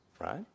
Right